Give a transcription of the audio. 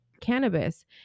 cannabis